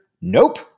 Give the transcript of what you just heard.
nope